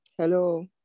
Hello